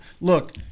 look